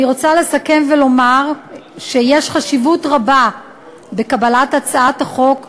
אני רוצה לסכם ולומר שיש חשיבות בקבלת הצעת החוק.